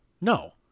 No